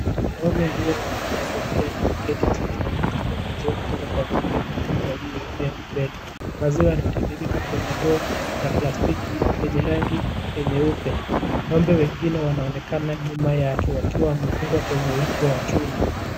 Mwanaume aliyevaa mavazi ya Kenya ameketi chini na kukamua maziwa kutoka kwa ng'ombe na kunywa yaliyo kikombe. Maziwa yanatiririka kwenye ndoo ya plastiki yenye rangi nyeupe, ng'ombe wengine wanaonekana nyuma yake wakiwa wamefungwa kwenye uringo wa chuma.